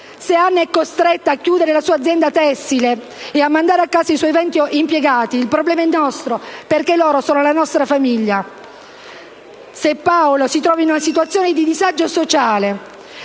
Se Anna è costretta a chiudere la sua azienda tessile e mandare a casa i suoi venti impiegati, il problema è nostro, perché loro sono la nostra famiglia. Se Paolo si trova in una situazione di disagio sociale,